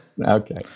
Okay